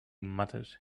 muttered